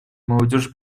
молодежи